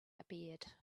appeared